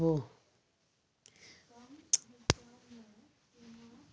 कृपा करि के हमरा हमरो खाता के पिछलका पांच गो लेन देन देखाबो